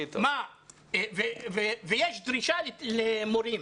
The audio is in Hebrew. ויש דרישה למורים.